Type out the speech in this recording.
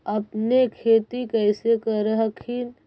अपने खेती कैसे कर हखिन?